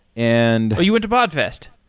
and you went to podfest?